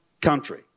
country